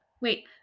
Wait